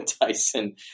Tyson